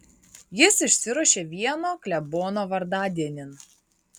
jis išsiruošė vieno klebono vardadienin